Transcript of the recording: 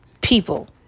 people